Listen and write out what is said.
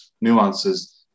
nuances